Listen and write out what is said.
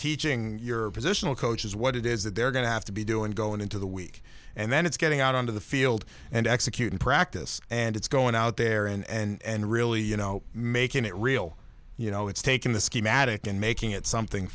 teaching your positional coaches what it is that they're going to have to be doing going into the week and then it's getting out onto the field and executing practice and it's going out there and really you know making it real you know it's taking the schematic and making it something